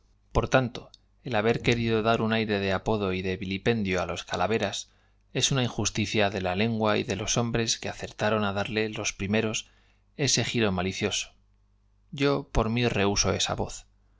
por tanto el haber querido dar un aire de indiferencia filosófica con que considera el qué apodo y de vilipendio á los calaveras es una dirán el que no hace masque cosas naturales el injusticia de la lengua y de los hombres que que no hace cosas vergonzosas se reduce á arrosacertaron á darle los primeros ese giro malicio trar en todas nuestras acciones la publicidad á so yo por mí rehuso esa voz